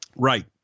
Right